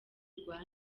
rwa